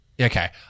Okay